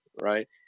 Right